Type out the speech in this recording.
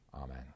Amen